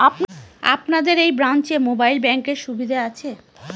আপনাদের এই ব্রাঞ্চে মোবাইল ব্যাংকের সুবিধে আছে?